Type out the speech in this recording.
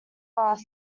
bus